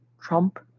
Trump